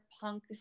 punk